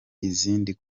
izindi